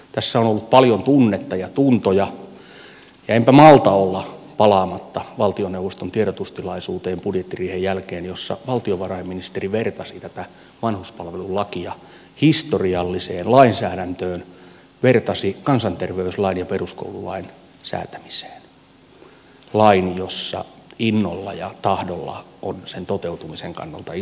tässä on ollut paljon tunnetta ja tuntoja ja enpä malta olla palaamatta valtioneuvoston tiedotustilaisuuteen budjettiriihen jälkeen jossa valtiovarainministeri vertasi tätä vanhuspalvelulakia historialliseen lainsäädäntöön vertasi kansanterveyslain ja peruskoululain säätämiseen lain jossa innolla ja tahdolla on toteutumisen kannalta iso merkitys